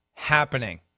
happening